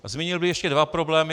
A zmínil bych ještě dva problémy.